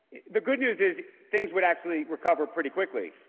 the good news is things would actually recover pretty quickly.